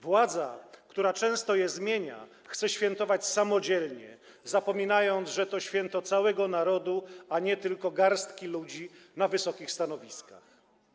Władza, która często ich zasady zmienia, chce świętować samodzielnie, zapominając, że to święto całego narodu, a nie tylko garstki ludzi na wysokich stanowiskach.